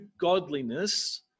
godliness